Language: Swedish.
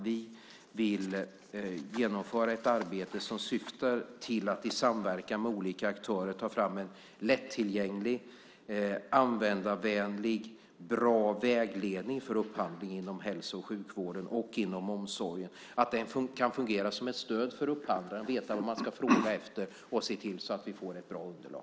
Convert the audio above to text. Vi vill genomföra ett arbete som syftar till att i samverkan med olika aktörer ta fram en lättillgänglig, användarvänlig och bra vägledning för upphandling inom hälso och sjukvården och inom omsorgen. Den kan fungera som ett stöd för upphandlaren så att man vet vad man ska fråga efter så att vi ser till att vi får ett bra underlag.